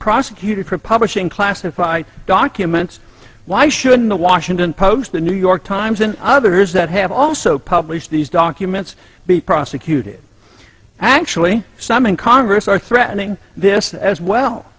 prosecuted for publishing classified documents why shouldn't the washington post the new york times and others that have also published these documents be prosecuted actually some in congress are threatening this as well